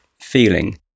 feeling